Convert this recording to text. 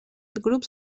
grups